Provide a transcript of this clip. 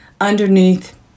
underneath